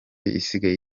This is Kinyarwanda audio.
isigaye